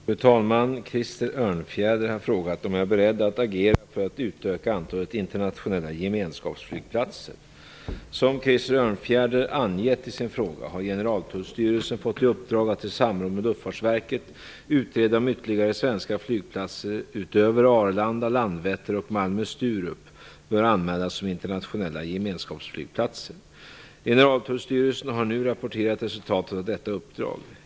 Fru talman! Krister Örnfjäder har frågat om jag är beredd att agera för att utöka antalet internationella gemenskapsflygplatser. Som Krister Örnfjäder angett i sin fråga har Generaltullstyrelsen fått i uppdrag att i samråd med Luftfartsverket utreda om ytterligare svenska flygplatser - Generaltullstyrelsen har nu rapporterat resultatet av detta uppdrag.